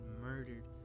murdered